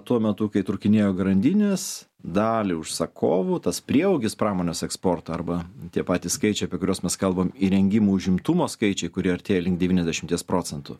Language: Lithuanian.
tuo metu kai trūkinėjo grandinės dalį užsakovų tas prieaugis pramonės eksporto arba tie patys skaičiai apie kuriuos mes kalbam įrengimų užimtumo skaičiai kurie artėja link devyniasdešimties procentų